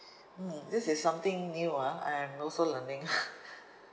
mm this is something new ah I'm also learning